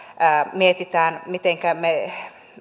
mietitään mitenkä me